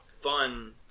fun